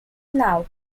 now